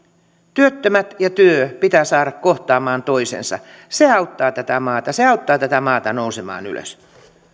työttömät ja työ pitää saada kohtaamaan toisensa se auttaa tätä maata se auttaa tätä maata nousemaan ylös